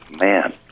Man